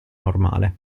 normale